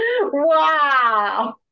Wow